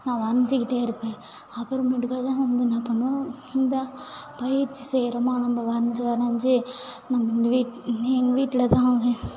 நான் வரைஞ்சிக்கிட்டே இருப்பேன் அப்புறமேட்டுக்கா தான் வந்து என்னா பண்ணுவோம் இந்த பயிற்சி செய்கிறோமா நம்ம வரைந்து வரைந்து நம்ம இந்த வீட் எங்கள் வீட்டில் தான்